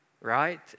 right